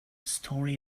story